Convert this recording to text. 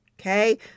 Okay